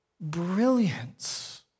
brilliance